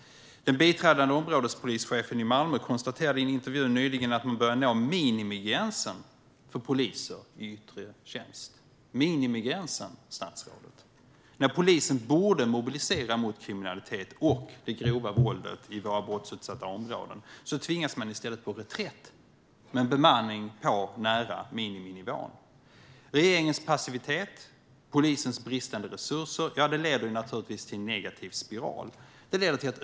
Den biträdande områdespolischefen i Malmö konstaterade i en intervju nyligen att man börjar nå minimigränsen för poliser i yttre tjänst - minimigränsen, statsrådet. När polisen borde mobilisera mot kriminalitet och det grova våldet i våra brottsutsatta områden tvingas man i stället på reträtt med en bemanning nära miniminivån. Regeringens passivitet och polisens bristande resurser leder naturligtvis till en negativ spiral.